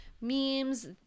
memes